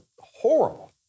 horrible